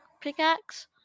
Pickaxe